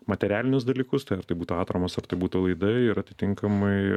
materialinius dalykus tai ar tai būtų atramos ar tai būtų laidai ir atitinkamai